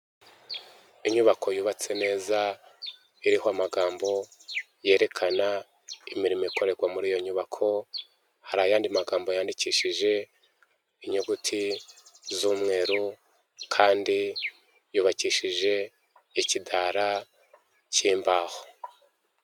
Inyubako yubatse neza, iriho amagambo yerekana imirimo ikorerwa muri iyo nyubako, hari ayandi magambo yandikishije inyuguti z'umweru kandi yubakishije ikidara cy'imbaho.